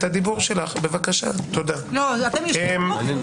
מה אתם שותקים?